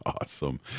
awesome